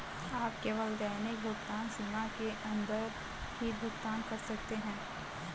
आप केवल दैनिक भुगतान सीमा के अंदर ही भुगतान कर सकते है